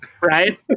Right